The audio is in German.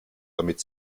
damit